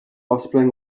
offspring